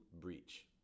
breach